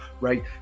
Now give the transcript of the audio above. right